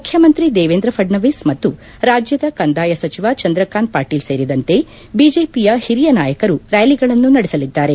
ಮುಖ್ಯಮಂತ್ರಿ ದೇವೇಂದ್ರ ಫಡ್ಡವೀಸ್ ಮತ್ತು ರಾಜ್ಯದ ಕಂದಾಯ ಸಚಿವ ಚಂದ್ರಕಾಂತ್ ಪಾಟೀಲ್ ಸೇರಿದಂತೆ ಬಿಜೆಪಿಯ ಹಿರಿಯ ನಾಯಕರು ರ್ನಾಲಿಗಳನ್ನು ನಡೆಸಲಿದ್ದಾರೆ